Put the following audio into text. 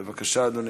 בבקשה, אדוני.